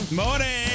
morning